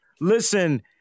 Listen